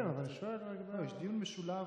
יש דיון משולב.